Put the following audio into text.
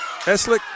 Eslick